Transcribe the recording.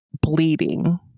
bleeding